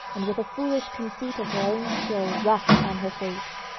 and with a foolish conceit of her own skill rushed on her fate.